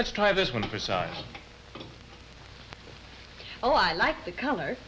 let's try this one for size zero i like the color